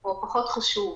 או פחות חשוב.